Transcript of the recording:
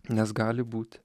nes gali būt